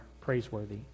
praiseworthy